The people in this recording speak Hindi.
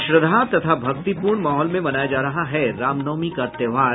और श्रद्धा तथा भक्तिपूर्ण माहौल में मनाया जा रहा है रामनवमी का त्योहार